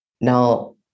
Now